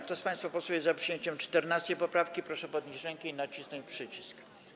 Kto z państwa posłów jest za przyjęciem 14. poprawki, proszę podnieść rękę i nacisnąć przycisk.